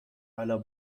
aller